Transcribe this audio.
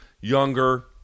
younger